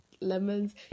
lemons